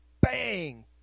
Bang